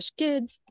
kids